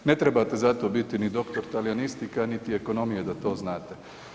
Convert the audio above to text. Ne trebate zato biti niti doktor talijanistike, a niti ekonomije da to znate.